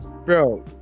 Bro